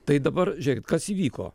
tai dabar žiūrėkit kas įvyko